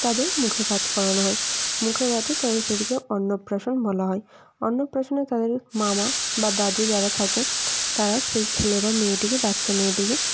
তাদের মুখে ভাত করানো হয় মুখে ভাতে তাদের সেটিকে অন্নপ্রাশন বলা হয় অন্নপ্রাশনে তাদের মামা বা দাদু যারা থাকে তারা সেই ছেলে বা মেয়েটিকে বাচ্চা মেয়েটিকে